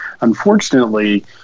unfortunately